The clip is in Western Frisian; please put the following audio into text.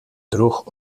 drûch